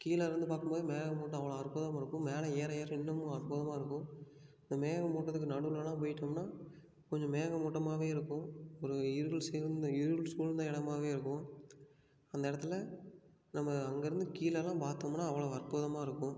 கீழேருந்து பார்க்கும்போது மேகமூட்டம் அவ்வளோ அற்புதமாக இருக்கும் மேலே ஏற ஏற இன்னுமும் அற்புதமாக இருக்கும் இந்த மேகமூட்டத்துக்கு நடுவிலலாம் போய்ட்டோம்னா கொஞ்சம் மேகமூட்டமாகவே இருக்கும் ஒரு இருள் சூழ்ந்த இருள் சூல்ந்த இடமாவே இருக்கும் அந்த இடத்துல நம்ம அங்கேருந்து கீழேலாம் பார்த்தோமுன்னா அவ்வளவு அற்புதமாக இருக்கும்